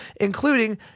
including